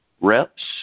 reps